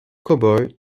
cowboy